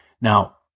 Now